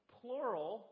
plural